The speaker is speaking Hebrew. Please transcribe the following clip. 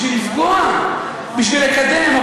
בשביל לפגוע, בשביל לקדם.